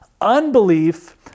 Unbelief